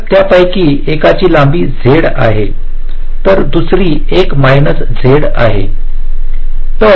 तर त्यापैकी एकाची लांबी z आहे तर दुसरी 1 मायनस z आहे